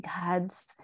God's